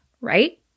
right